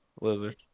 Lizard